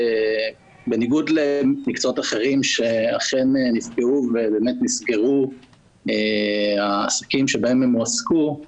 בניגוד למקצועות אחרים שאכן נפגעו ונסגרו העסקים בהם הם הועסקו,